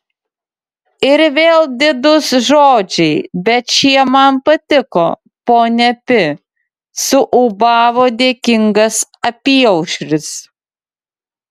ir vėl didūs žodžiai bet šie man patiko ponia pi suūbavo dėkingas apyaušris